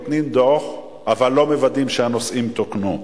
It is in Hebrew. נותנים דוח אבל לא מוודאים שהנושאים תוקנו.